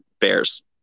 bears